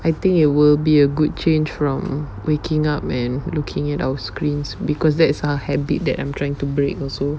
I think it will be a good change from waking up and looking at our screens because that's a habit that I'm trying to break also